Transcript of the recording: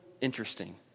interesting